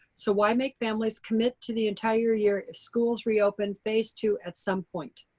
so why make families commit to the entire year if schools reopen phase two at some point?